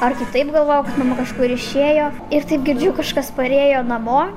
ar kitaip galvojau kad mama kažkur išėjo ir taip girdžiu kažkas parėjo namo